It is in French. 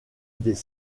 des